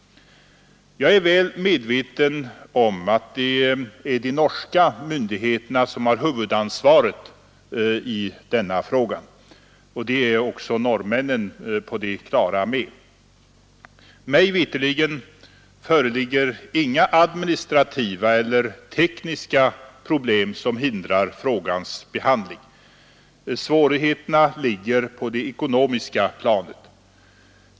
Jag är väl medveten om att det är de norska myndigheterna som har huvudansvaret i denna fråga. Det är också norrmännen på det klara med. Mig veterligt föreligger inga administrativa eller tekniska problem som hindrar frågans behandling. Svårigheterna ligger på det ekonomiska planet.